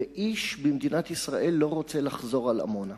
ואיש במדינת ישראל לא רוצה לחזור על עמונה.